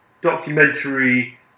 documentary